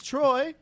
Troy